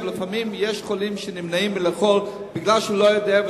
לפעמים יש חולים שנמנעים מלאכול כי הם לא יודעים,